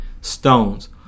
stones